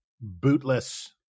bootless